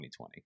2020